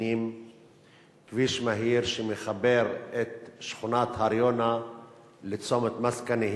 מתכננת כביש מהיר שמחבר את שכונת הר-יונה לצומת מסכנה,